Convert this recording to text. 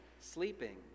sleeping